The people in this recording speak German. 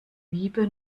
wiebe